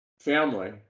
family